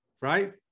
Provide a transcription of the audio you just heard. right